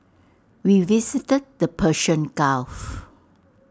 we visited the Persian gulf